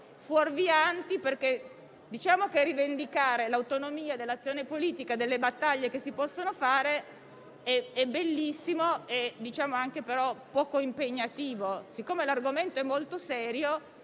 fuorvianti, perché rivendicare l'autonomia dell'azione politica e delle battaglie che si possono fare è bellissimo, ma anche poco impegnativo. Poiché l'argomento è molto serio,